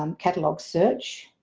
um catalogue search.